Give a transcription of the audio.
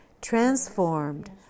transformed